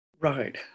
Right